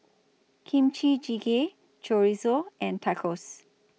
Kimchi Jjigae Chorizo and Tacos